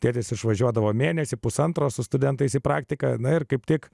tėtis išvažiuodavo mėnesiui pusantro su studentais į praktiką na ir kaip tik